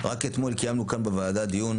רק אתמול קיימנו כאן בוועדה דיון,